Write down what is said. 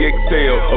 exhale